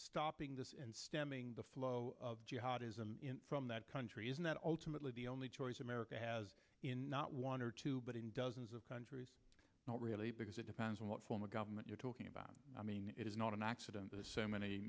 stopping this and stemming the flow of jihadism from that country isn't that ultimately the only choice america has in not one or two but in dozens of countries not really because it depends on what form of government you're talking about i mean it is not an accident the so many